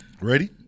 Ready